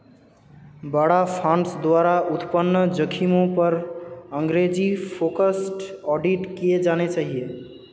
बाड़ा फंड्स द्वारा उत्पन्न जोखिमों पर अंग्रेजी फोकस्ड ऑडिट किए जाने चाहिए